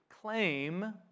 claim